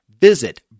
visit